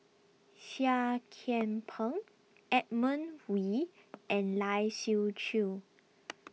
Seah Kian Peng Edmund Wee and Lai Siu Chiu